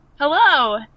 Hello